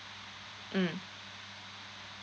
mm